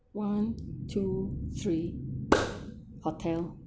one two three hotel